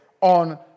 on